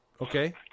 Okay